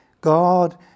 God